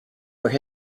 where